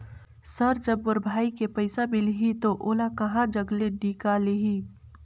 Sir जब मोर भाई के पइसा मिलही तो ओला कहा जग ले निकालिही?